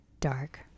dark